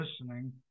listening